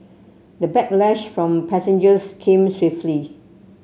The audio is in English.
the backlash from passengers came swiftly